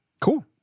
cool